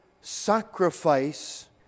sacrifice